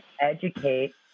educate